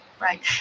Right